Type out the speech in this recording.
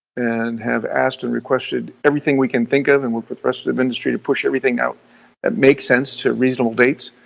and have asked and requested everything we can think of and we'll put the rest of industry to push everything out that makes sense to reasonable dates.